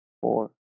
four